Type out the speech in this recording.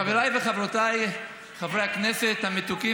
חבריי וחברותיי חברי הכנסת המתוקים